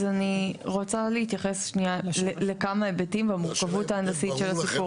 אז אני רוצה להתייחס שנייה לכמה היבטים במורכבות הענפית של הסיפור הזה.